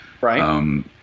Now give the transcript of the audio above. Right